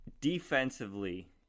defensively